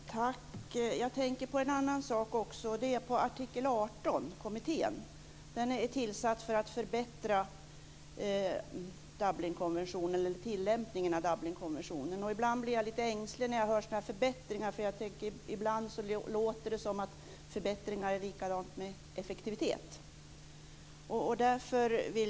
Fru talman! Tack! Jag tänker på en annan sak också. Det är Artikel 18-kommittén. Den är tillsatt för att förbättra tillämpningen av Dublinkonventionen. Jag blir lite ängslig när jag hör talas om sådana här förbättringar, för ibland låter det som om förbättringar är lika med effektivitet.